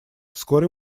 вскоре